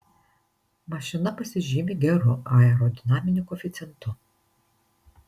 mašina pasižymi geru aerodinaminiu koeficientu